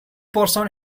person